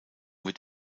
wird